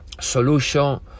solution